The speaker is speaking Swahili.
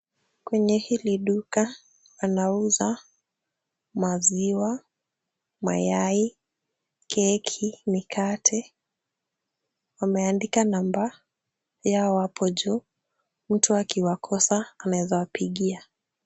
Kwenye hili duka wanauza maziwa, mayai, keki, mikate. Wameandika namba yao hapo juu, mtu akiwakosa anaweza wapigia.